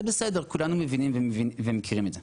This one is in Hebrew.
זה בסדר, כולנו מבינים ומכירים את זה.